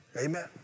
Amen